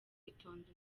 itonde